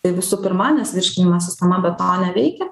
tai visų pirma nes virškinimo sistema be to neveikia